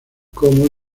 como